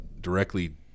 directly